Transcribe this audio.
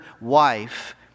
wife